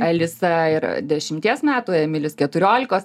alisa yra dešimties metų emilis keturiolikos